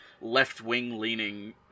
left-wing-leaning